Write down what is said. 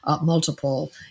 multiple